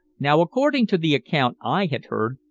now, according to the account i had heard,